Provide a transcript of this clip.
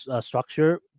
structure